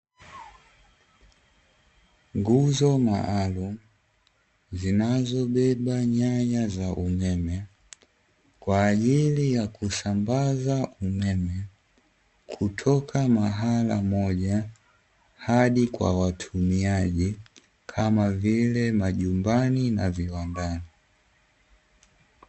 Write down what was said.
Nguzo maalumu zinazobeba nyaya za umeme kwa ajili ya kusambaza umeme, kutoka mahala moja hadi kwa watumiaji, kama vile majumbani na viwandani.